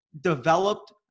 developed